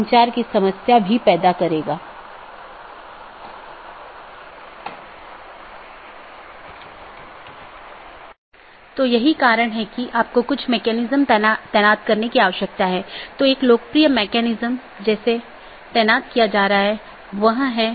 कुछ और अवधारणाएं हैं एक राउटिंग पॉलिसी जो महत्वपूर्ण है जोकि नेटवर्क के माध्यम से डेटा पैकेट के प्रवाह को बाधित करने वाले नियमों का सेट है